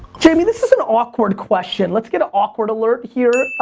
jamie, this is an awkward question. let's get an awkward alert here.